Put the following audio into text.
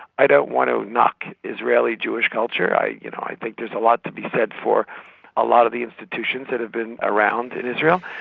i don't want to knock israeli jewish culture. i, you know, i think there's a lot to be said for a lot of the institutions that have been around in israel,